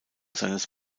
seines